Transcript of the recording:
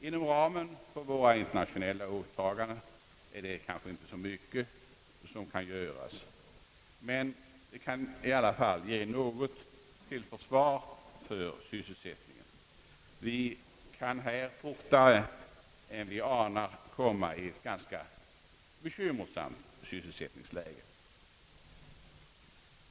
Inom ramen för våra internationella åtaganden är det kanske inte så mycket som kan göras, men i alla fall borde det kunna givas något bidrag till försvaret av sysselsättningen. Vi kan fortare än vi anar komma i ett ganska bekymmersamt sysselsättningsläge.